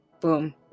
Boom